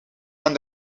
aan